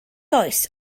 oes